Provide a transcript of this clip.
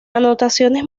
anotaciones